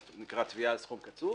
זה נקרא תביעה על סכום קצוב.